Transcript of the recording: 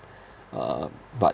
um but